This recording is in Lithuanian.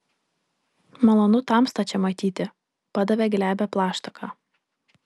malonu tamstą čia matyti padavė glebią plaštaką